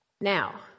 Now